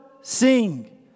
sing